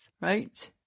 Right